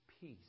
Peace